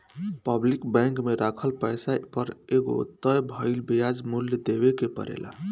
public bank में राखल पैसा पर एगो तय भइल ब्याज मूल्य देवे के परेला